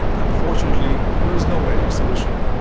unfortunately, there is no magic solution.